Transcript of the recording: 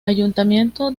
ayuntamiento